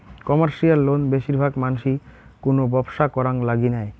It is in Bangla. কমার্শিয়াল লোন বেশির ভাগ মানসি কুনো ব্যবসা করাং লাগি নেয়